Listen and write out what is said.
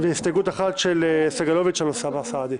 ובקשה של חברי הכנסת סגלוביץ' ואוסאמה סעדי.